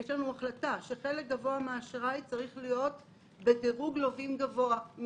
יש לנו החלטה שחלק גבוה מהאשראי צריך להיות בדירוג לווים גבוה,